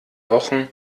wochen